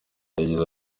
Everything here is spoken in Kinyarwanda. yagize